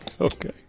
okay